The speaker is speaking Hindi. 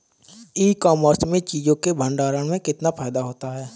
ई कॉमर्स में चीज़ों के भंडारण में कितना फायदा होता है?